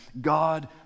God